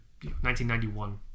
1991